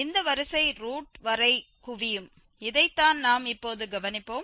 இந்த வரிசை ரூட் வரை குவியும் இதைத்தான் நாம் இப்போது கவனிப்போம்